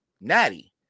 Natty